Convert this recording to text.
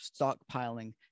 stockpiling